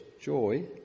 joy